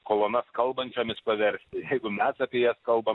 kolonas kalbančiomis paversti jeigu mes apie jas kalbam